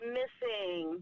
missing